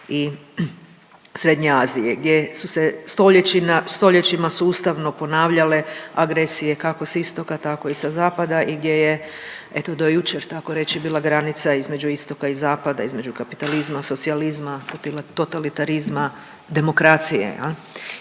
i srednje Azije gdje su se stoljećima sustavno ponavljale agresije kako sa istoka, tako i sa zapada i gdje je eto do jučer tako reći bila granica između istoka i zapada, između kapitalizma, socijalizma, totalitarizma, demokracije.